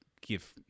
give